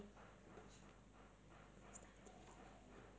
that's right !aiya! I keep forgetting I have such short term memory